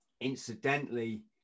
Incidentally